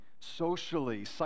socially